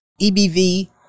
EBV